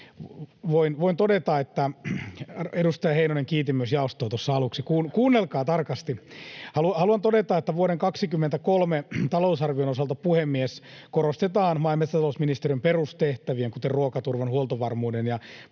kiittänyt!] — Edustaja Heinonen, kiitin myös jaostoa tuossa aluksi, kuunnelkaa tarkasti. Haluan todeta, että vuoden 23 talousarvion osalta, puhemies, korostetaan maa‑ ja metsätalousministeriön perustehtävien, kuten ruokaturvan, huoltovarmuuden ja